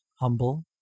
humble